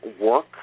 work